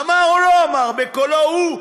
אמר או לא אמר, בקולו הוא?